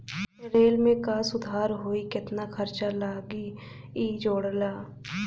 rail में का सुधार होई केतना खर्चा लगी इ जोड़ला